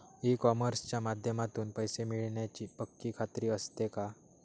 E कॉमर्सच्या माध्यमातून पैसे मिळण्याची पक्की खात्री असते का?